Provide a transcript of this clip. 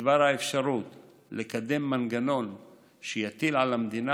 בדבר האפשרות לקדם מנגנון שיטיל על המדינה